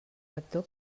lector